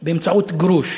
באמצעות גרוש.